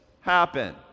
happen